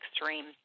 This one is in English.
extreme